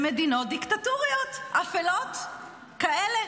במדינות דיקטטוריות אפלות כאלה.